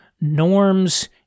norms